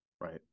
Right